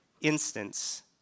instance